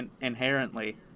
inherently